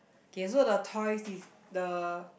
okay so the toys is the